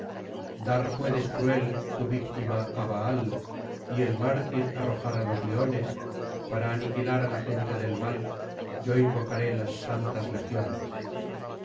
dar puedes cruel tu victima á baál y el mártir arrojar á los leones para aniquilar al agente del mal yo invocaré las santas legiones